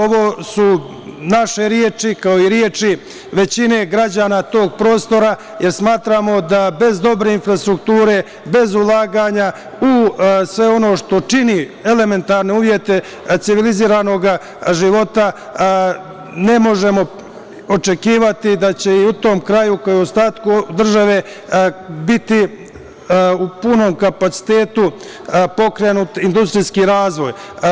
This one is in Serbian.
Ovo su naše reči, kao i reči većine građana tog prostora, jer smatramo da bez dobre infrastrukture, bez ulaganja u sve ono što čini elementarne uvjete civilizovanog života ne možemo očekivati da će u tom kraju, kao i ostatku države biti u punom kapacitetu pokrenut industrijski razvoj.